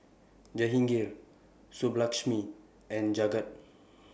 Jahangir Subbulakshmi and Jagat